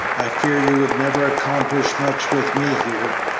i fear you would never accomplish much with me here.